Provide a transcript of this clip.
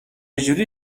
جوری